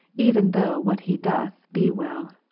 even though what he doth, be well.